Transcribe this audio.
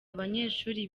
abanyeshuri